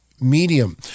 medium